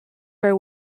for